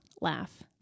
laugh